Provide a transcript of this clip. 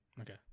Okay